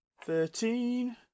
Thirteen